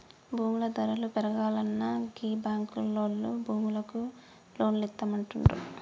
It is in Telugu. భూముల ధరలు పెరుగాల్ననా గీ బాంకులోల్లు భూములకు లోన్లిత్తమంటుండ్రు